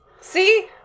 See